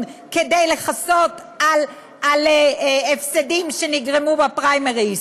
כדי לכסות על הפסדים שנגרמו בפריימריז.